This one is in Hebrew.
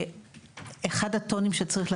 זה משהו שאשמח שתיקחו אותו בחשבון.